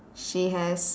she has